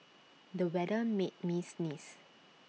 the weather made me sneeze